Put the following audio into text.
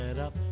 up